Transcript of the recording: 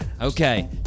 Okay